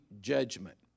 judgment